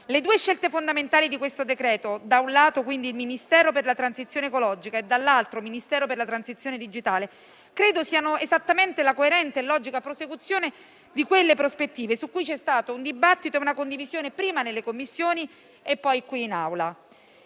Le due scelte fondamentali di questo decreto - da un lato, quindi, Ministero per la transizione ecologica e, dall'altro, Ministero per la transizione digitale - credo siano esattamente la coerente e logica prosecuzione di quelle prospettive su cui ci sono stati un dibattito e una condivisione prima nelle Commissioni e poi qui in Aula.